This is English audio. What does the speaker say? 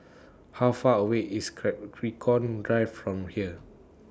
How Far away IS Drive from here